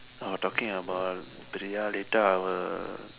I was talking about Priya later I will